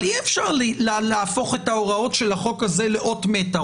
אבל אי אפשר להפוך את ההוראות של החוק הזה לאות מתה.